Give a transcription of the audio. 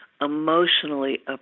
emotionally